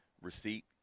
receipt